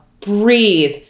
breathe